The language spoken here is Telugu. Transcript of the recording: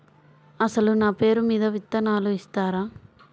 అసలు నా పేరు మీద విత్తనాలు ఇస్తారా?